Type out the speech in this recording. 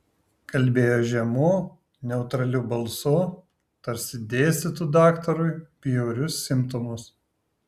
kalbėjo žemu neutraliu balsu tarsi dėstytų daktarui bjaurius simptomus